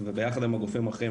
זה ביחד עם הגופים האחרים,